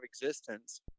existence